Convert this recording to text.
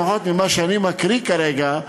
לפחות ממה שאני מקריא כרגע,